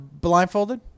blindfolded